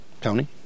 Tony